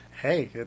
hey